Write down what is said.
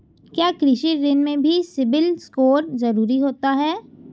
क्या कृषि ऋण में भी सिबिल स्कोर जरूरी होता है?